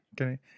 okay